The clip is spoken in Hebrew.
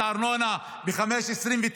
את הארנונה ב-5.29%,